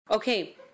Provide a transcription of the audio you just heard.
Okay